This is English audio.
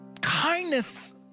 kindness